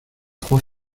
trois